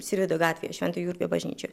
sirvydo gatvėje švento jurgio bažnyčioje